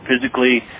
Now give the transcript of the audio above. Physically